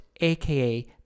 aka